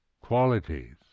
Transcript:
qualities